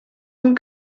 amb